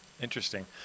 Interesting